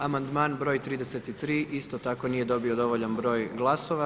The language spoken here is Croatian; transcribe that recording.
Amandman br. 33. isto tako nije dobio dovoljan broj glasova.